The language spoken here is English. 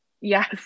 Yes